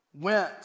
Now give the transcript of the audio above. went